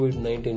COVID-19